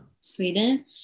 sweden